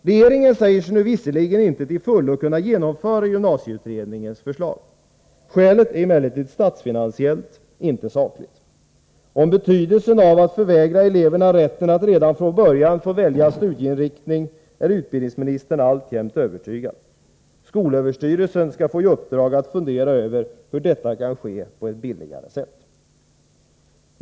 Regeringen säger sig nu visserligen inte till fullo kunna genomföra gymnasieutredningens förslag. Skälet är emellertid statsfinansiellt, inte sakligt. Om betydelsen av att förvägra eleverna rätten att redan från början få välja studieinriktning är utbildningsministern alltjämt övertygad. Skolöverstyrelsen skall få i uppdrag att fundera över hur detta kan ske på ett billigare sätt.